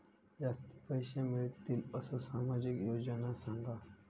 जास्ती पैशे मिळतील असो सामाजिक योजना सांगा?